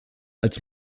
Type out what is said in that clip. als